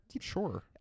Sure